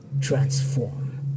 transform